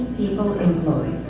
people employed.